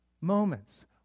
moments